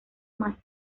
más